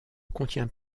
contient